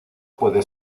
puede